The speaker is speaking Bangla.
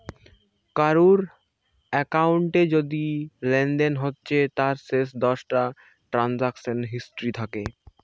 কারুর একাউন্টে যদি লেনদেন হচ্ছে তার শেষ দশটা ট্রানসাকশান হিস্ট্রি থাকে